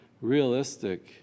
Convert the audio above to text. realistic